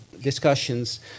discussions